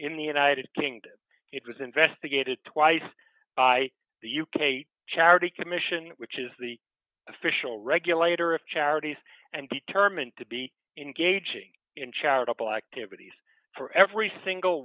in the united kingdom it was investigated twice by the u k charity commission which is the official regulator of charities and determined to be engaging in charitable activities for every single